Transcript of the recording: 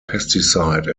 pesticide